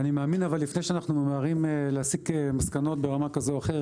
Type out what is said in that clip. לפני שאנחנו ממהרים להסיק מסקנות ברמה כזאת או אחרת,